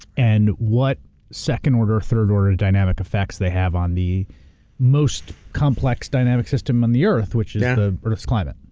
and what second order, or third order, of dynamic effects they have on the most complex dynamic system on the earth, which is the earth's climate.